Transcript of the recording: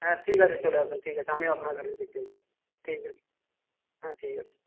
হ্যাঁ ঠিক আছে চলে আসুন ঠিক আছে আমিও আপনার গাড়ি দেখতে পেয়েছি ঠিক আছে হ্যাঁ ঠিক আছে